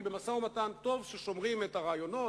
כי במשא-ומתן טוב ששומרים את הרעיונות,